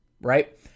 right